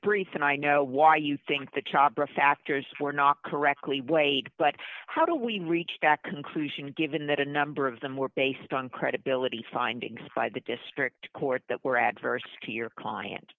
brief and i know why you think the chabra factors were not correctly weighed but how do we reach back conclusion given that a number of them were based on credibility findings by the district court that were adverse to your client